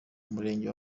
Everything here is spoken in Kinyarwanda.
murenge